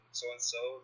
so-and-so